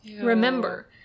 Remember